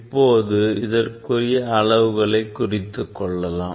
இப்போது இதற்குரிய அளவுகளை குறித்துக் கொள்ளலாம்